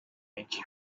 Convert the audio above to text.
menshi